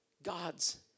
God's